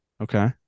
Okay